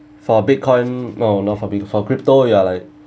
for Bitcoin no no not for bit for crypto you are like